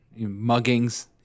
muggings